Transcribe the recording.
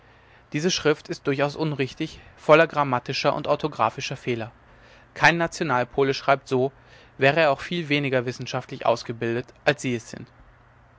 diese schrift ist durchaus unrichtig voller grammatischer und orthographischer fehler kein nationalpole schreibt so wäre er auch viel weniger wissenschaftlich ausgebildet als sie es sind